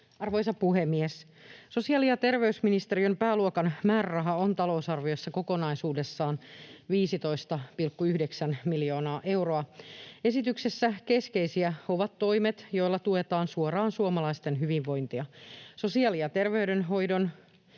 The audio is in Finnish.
Arvoisa puhemies! Sosiaali- ja terveysministeriön pääluokan määräraha on talousarviossa kokonaisuudessaan 15,9 miljoonaa euroa. Esityksessä keskeisiä ovat toimet, joilla tuetaan suoraan suomalaisten hyvinvointia, sosiaali- ja terveydenhoidon